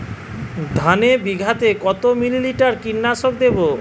ধানে বিঘাতে কত মিলি লিটার কীটনাশক দেবো?